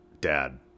Dad